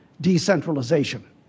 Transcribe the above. decentralization